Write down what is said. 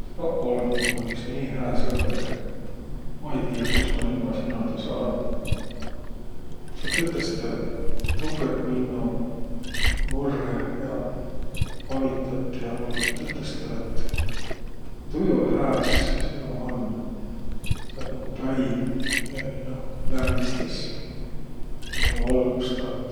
Saq olõt mul iks nii hää sõbõr. Ma ei tiiäq, kuis ma ilma sinolda saanuq. Sa tõtõstõ tukõt minno murrõh ja avitat ja mul tõtõstõ lätt tujo hääs sino man. Sa olõt nigu päiv, kiä minno lämmistäs ja mullõ valgust and.